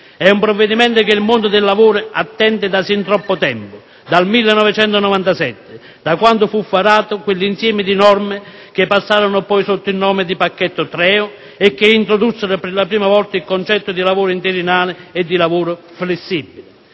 È un provvedimento che il mondo del lavoro attende da fin troppo tempo, dal 1997, quando fu varato quell'insieme di norme che passarono poi sotto il nome di pacchetto Treu e che introdussero per la prima volta il concetto di lavoro interinale e di lavoro flessibile.